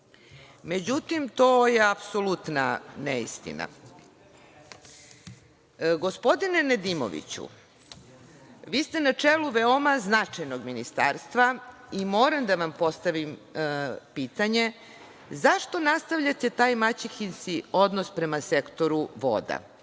to je apsolutna neistina. Gospodine Nedimoviću, vi ste na čelu veoma značajnog ministarstva i moram da vam postavim pitanje – zašto nastavljate taj maćehinski odnos prema sektoru voda?